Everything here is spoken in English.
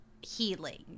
healing